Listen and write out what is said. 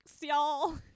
y'all